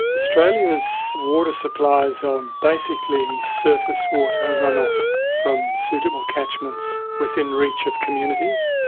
australia's water supplies are basically surface water run-off from suitable catchments within reach of communities.